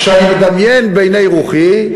כשאני מדמיין בעיני רוחי,